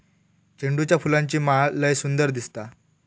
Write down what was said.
झेंडूच्या फुलांची माळ लय सुंदर दिसता